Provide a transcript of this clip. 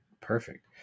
Perfect